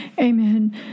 Amen